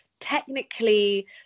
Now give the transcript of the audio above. technically